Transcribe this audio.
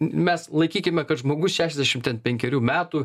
mes laikykime kad žmogus šešiasdešimt ten penkerių metų